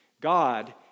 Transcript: God